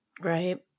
Right